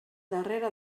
darrere